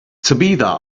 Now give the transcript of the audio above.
tabitha